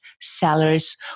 sellers